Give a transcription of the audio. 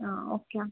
ಹಾಂ ಓಕೆ